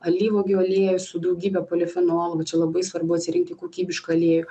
alyvuogių aliejus su daugybe polifenolų va čia labai svarbu atsirinkti kokybišką aliejų